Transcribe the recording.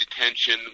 detention